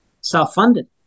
self-funded